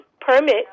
permit